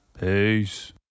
Peace